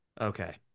Okay